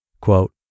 Quote